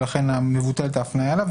ולכן מבוטלת ההפניה אליו,